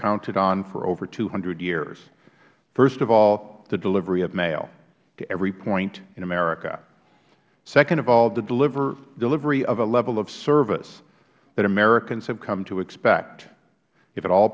counted on for over two hundred years first of all the delivery of mail to every point in america second of all the delivery of a level of service that americans have come to expect if at all